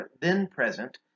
then-present